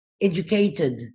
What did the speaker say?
educated